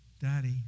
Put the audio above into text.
Daddy